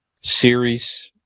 series